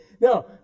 No